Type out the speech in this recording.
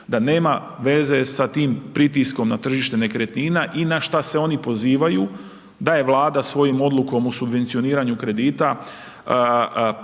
da nema veze sa tim pritiskom na tržište nekretnina i na šta se oni pozivaju, da je Vlada svojom odlukom o subvencioniranju kredita